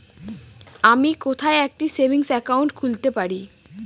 আমি কোথায় একটি সেভিংস অ্যাকাউন্ট খুলতে পারি?